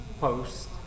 post